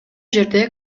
жерде